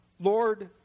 Lord